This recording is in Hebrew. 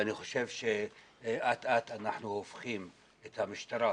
ואני חושב שאט אט אנחנו הופכים את המשטרה,